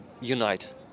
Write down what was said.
unite